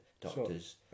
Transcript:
Doctors